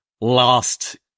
last